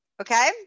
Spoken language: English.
okay